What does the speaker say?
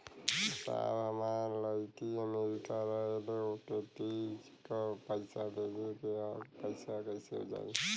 साहब हमार लईकी अमेरिका रहेले ओके तीज क पैसा भेजे के ह पैसा कईसे जाई?